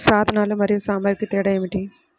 సాధనాలు మరియు సామాగ్రికి తేడా ఏమిటి?